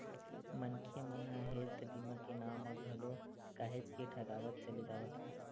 मनखे मन ह हेल्थ बीमा के नांव म घलो काहेच के ठगावत चले जावत हे